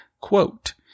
quote